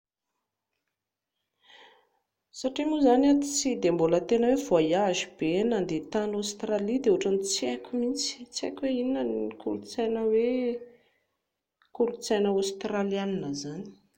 Satria moa izany aho tsy dia mbola tena hoe ni-voyage be nandeha tany Aostralia dia ohatran'ny tsy haiko mihintsy, tsy haiko hoe inona ny kolotsaina hoe kolotsaina Aostraliana izany